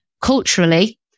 culturally